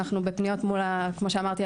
אנחנו בפניות מול הרשויות כמו שאמרתי,